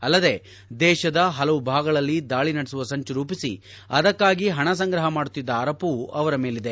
ಅಲ್ಲದೇ ದೇಶದ ಹಲವು ಭಾಗಗಳಲ್ಲಿ ದಾಳಿ ನಡೆಸುವ ಸಂಚು ರೂಪಿಸಿ ಅದಕ್ನಾಗಿ ಹಣ ಸಂಗ್ರಹ ಮಾಡುತ್ತಿದ್ದ ಆರೋಪವೂ ಅವರ ಮೇಲಿದೆ